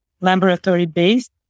laboratory-based